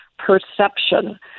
perception